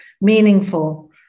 meaningful